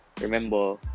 Remember